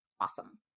awesome